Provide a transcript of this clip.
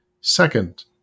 second